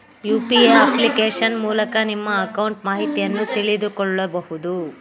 UPA application ಮೂಲಕ ನಿಮ್ಮ account ಮಾಹಿತಿಯನ್ನು ತಿಳಿದುಕೊಳ್ಳಬಹುದು